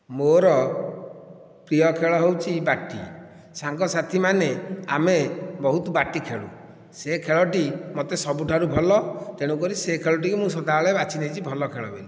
ମୋର ପ୍ରିୟ ଖେଳ ହେଉଛି ବାଟି ସାଙ୍ଗ ସାଥିମାନେ ଆମେ ବହୁତ ବାଟି ଖେଳୁ ସେ ଖେଳଟି ମୋତେ ସବୁଠାରୁ ଭଲ ତେଣୁ କରି ସେ ଖେଳଟି ମୁଁ ସଦାବେଳେ ବାଛିନେଇଛି ଭଲ ଖେଳ ବୋଲି